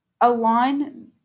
align